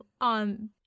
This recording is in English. on